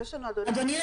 אדוני,